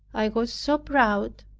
i was so proud,